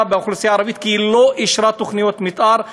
באוכלוסייה הערבית כי היא לא אישרה תוכניות מתאר,